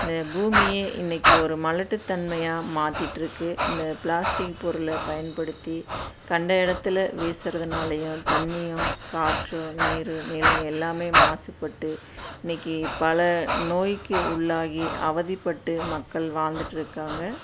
இந்தப் பூமியே இன்றைக்கி ஒரு மலட்டு தன்மையாக மாத்திட்டிருக்கு இந்த ப்ளாஸ்டிக் பொருளை பயன்படுத்தி கண்ட இடத்துல வீசுறதுனாலேயும் தண்ணியும் காற்றும் நீர் நிலை எல்லாமே மாசுப்பட்டு இன்றைக்கி பல நோய்க்கு உள்ளாகி அவதிப்பட்டு மக்கள் வாழ்ந்துட்டிருக்காங்க